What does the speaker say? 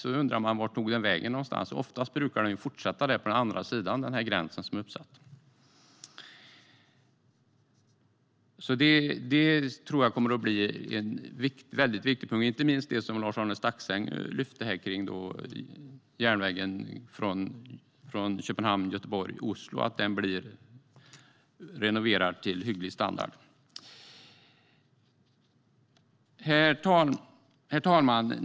Då undrar man vart den tog vägen någonstans. Oftast brukar den ju fortsätta på andra sidan gränsen. Detta tror jag kommer att bli väldigt viktigt, inte minst att järnvägen Köpenhamn-Göteborg-Oslo blir renoverad till hygglig standard, något som Lars-Arne Staxäng också lyfte upp. Herr talman!